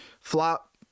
flop